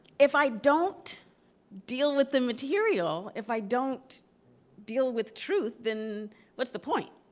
if i don't deal with the material, if i don't deal with truth, then what's the point,